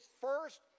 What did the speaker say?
first